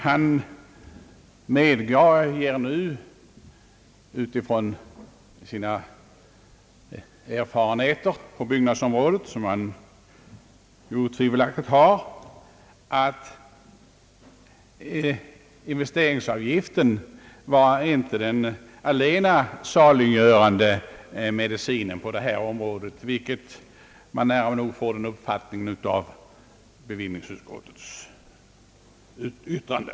Han medgav nu utifrån de erfarenheter på byggnadsområdet, som han otvivelaktigt har, att investeringsavgiften inte var den allena saliggörande medicinen på detta område. Att så skulle vara fallet framgår däremot av bevillningsutskottets betänkande.